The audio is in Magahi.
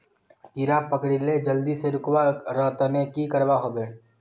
कीड़ा पकरिले जल्दी से रुकवा र तने की करवा होबे?